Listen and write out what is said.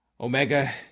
Omega